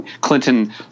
Clinton